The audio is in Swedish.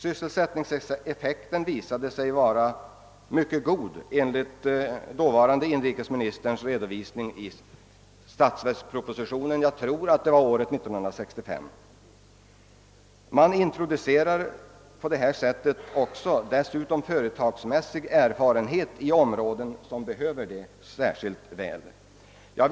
Sysselsättningseffekten visade sig vara mycket god enligt dåvarande inrikesministerns redovisning i statsverkspropositionen — jag tror att det var år 1966. På detta sätt introduceras också företagsmässig erfarenhet i områden som särskilt behöver den.